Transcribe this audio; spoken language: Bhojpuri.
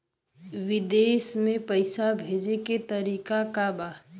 विदेश में पैसा भेजे के तरीका का बा?